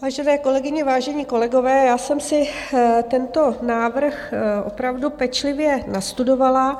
Vážené kolegyně, vážení kolegové, já jsem si tento návrh opravdu pečlivě nastudovala.